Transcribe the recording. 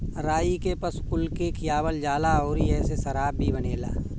राई के पशु कुल के खियावल जाला अउरी एसे शराब भी बनेला